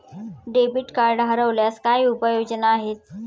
Debit card हरवल्यास काय उपाय योजना आहेत?